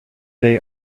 day